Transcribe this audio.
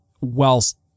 whilst